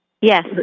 Yes